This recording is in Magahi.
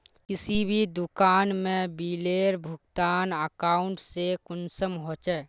किसी भी दुकान में बिलेर भुगतान अकाउंट से कुंसम होचे?